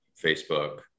Facebook